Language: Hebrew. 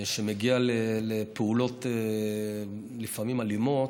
שמגיע לפעולות, לפעמים אלימות,